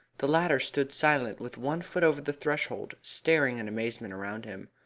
the latter stood silent with one foot over the threshold, staring in amazement around him.